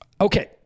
Okay